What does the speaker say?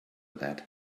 that